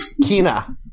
Kina